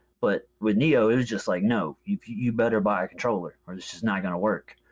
but with neo, it was just like no. you better buy a controller or it's just not gonna work.